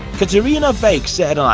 caterina fake said, um